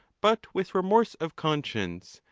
but with remorse of conscience,